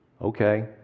Okay